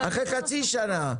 אחרי חצי שנה.